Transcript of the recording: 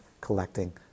collecting